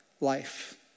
life